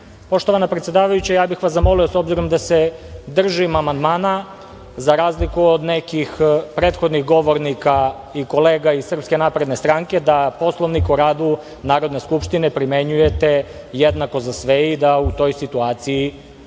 predsedavajuća, ja bih vas zamolio s obzirom da se držim amandmana za razliku od nekih prethodnih govornika i kolega iz SNS, da Poslovnik o radu Narodne skupštine primenjujete jednako za sve i da u toj situaciji opominjete